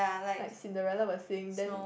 like Cinderella will sing then